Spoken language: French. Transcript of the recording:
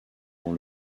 dans